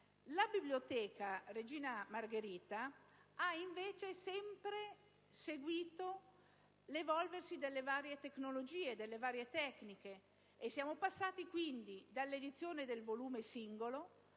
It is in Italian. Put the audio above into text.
La Biblioteca «Regina Margherita» ha invece sempre seguito l'evolversi delle varie tecnologie e delle varie tecniche; siamo passati quindi dall'edizione del volume singolo,